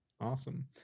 awesome